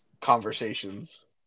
conversations